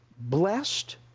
blessed